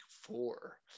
four